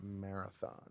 marathon